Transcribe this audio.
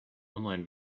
online